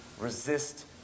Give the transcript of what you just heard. resist